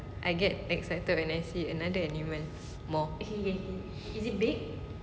but I get excited when I see another animal more